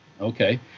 Okay